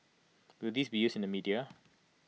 will this be used in the media